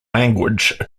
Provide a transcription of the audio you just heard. language